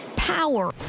power,